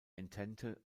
entente